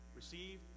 receive